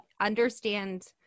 understand